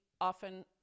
often